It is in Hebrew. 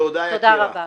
תודה רבה.